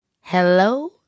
Hello